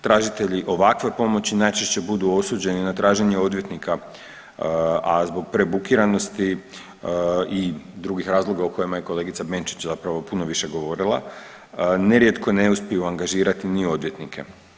Tražitelji ovakve pomoći najčešće budu osuđeni na traženje odvjetnika, a zbog prebukiranosti i drugih razloga o kojima je kolegica Benčić zapravo puno više govorila, nerijetko i ne uspiju angažirati ni odvjetnike.